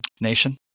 nation